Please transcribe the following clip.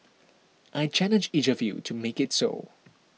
I challenge each of you to make it so